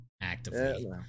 Actively